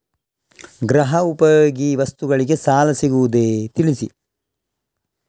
ಗೃಹ ಉಪಯೋಗಿ ವಸ್ತುಗಳಿಗೆ ಸಾಲ ಸಿಗುವುದೇ ತಿಳಿಸಿ?